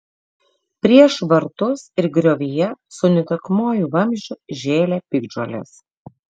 prieš vartus ir griovyje su nutekamuoju vamzdžiu žėlė piktžolės